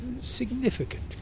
significant